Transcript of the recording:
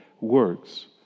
works